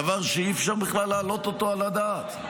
דבר שאי-אפשר בכלל להעלות אותו על הדעת.